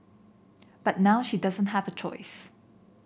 but now she doesn't have a choice